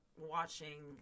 watching